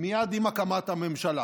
מייד עם הקמת הממשלה,